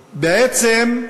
בעצם,